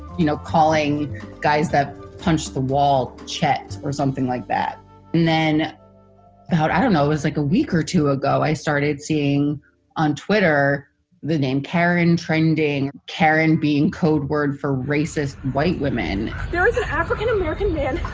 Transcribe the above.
you know, calling you guys that punched the wall, chet, or something like that and then about, i don't know, is like a week or two ago, i started seeing on twitter the name karen trending karen being code word for racist white women there was an african-american man.